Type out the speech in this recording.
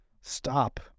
stop